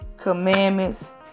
commandments